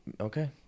Okay